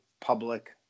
public